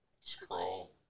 Scroll